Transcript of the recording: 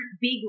big